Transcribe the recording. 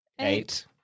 Eight